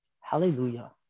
hallelujah